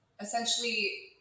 essentially